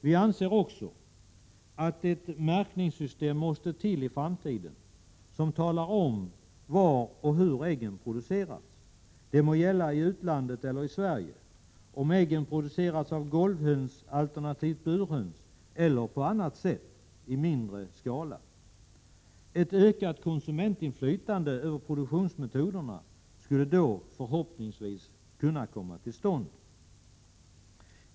Vi anser också att ett märkningssystem måste till i framtiden som talar om var och hur äggen producerats. Det må gälla i utlandet eller i Sverige, om äggen producerats av golvhöns, av burhöns eller på annat sätt i mindre skala. Ett ökat konsumentinflytande över produktionsmetoden skulle då förhoppningsvis komma till stånd.